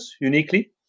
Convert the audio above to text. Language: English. uniquely